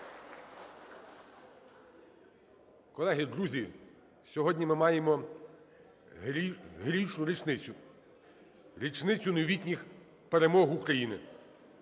Колеги, друзі, сьогодні ми маємо річницю – річницю новітніх перемог України.